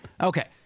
Okay